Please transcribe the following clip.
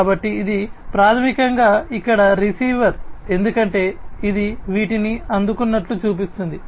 కాబట్టి ఇది ప్రాథమికంగా ఇక్కడ రిసీవర్ ఎందుకంటే ఇది వీటిని అందుకున్నట్లు చూపిస్తుంది